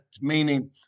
meaning